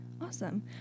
Awesome